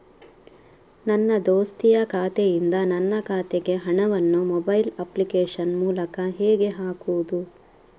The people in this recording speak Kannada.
ನನ್ನ ದೋಸ್ತಿಯ ಖಾತೆಯಿಂದ ನನ್ನ ಖಾತೆಗೆ ಹಣವನ್ನು ಮೊಬೈಲ್ ಅಪ್ಲಿಕೇಶನ್ ಮೂಲಕ ಹೇಗೆ ಹಾಕುವುದು?